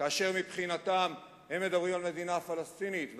ומבחינתם הם מדברים על מדינה פלסטינית,